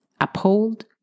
uphold